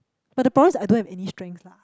but the problem is I don't have any strengths lah